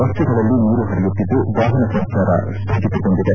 ರಸ್ತೆಗಳಲ್ಲಿ ನೀರು ಪರಿಯುತ್ತಿದ್ದು ವಾಪನ ಸಂಚಾರ ಸ್ಥಗಿತಗೊಂಡಿದೆ